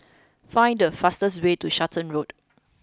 find the fastest way to Charlton Road